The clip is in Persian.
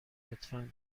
لطفا